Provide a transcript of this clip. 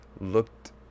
looked